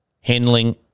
handling